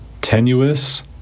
tenuous